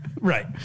Right